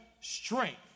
strength